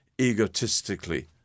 egotistically